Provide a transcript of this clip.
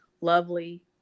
lovely